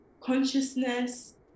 consciousness